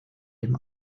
dem